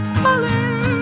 falling